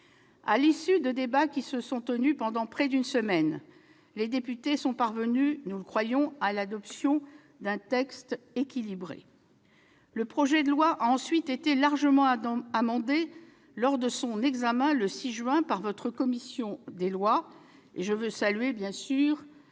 À l'issue de débats qui se sont tenus pendant près d'une semaine, les députés sont parvenus à l'adoption d'un texte que nous considérons comme équilibré. Le projet de loi a ensuite été largement amendé lors de son examen le 6 juin par la commission des lois